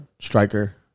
striker